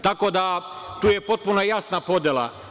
Tako da, tu je potpuno jasna podela.